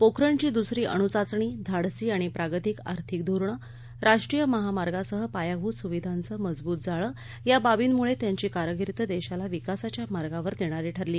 पोखरणची दुसरी अणुचाचणी धाडसी आणि प्रागतिक आर्थिक धोरणं राष्ट्रीय महामार्गांसही पायभूत सुविधांचं मजबूत जाळं या बाबींमुळे त्यांची कारकिर्द देशाला विकासाच्या मार्गांवर नेणारी ठरली